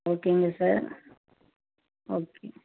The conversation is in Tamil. ஓகேங்க சார் ஓகே